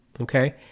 Okay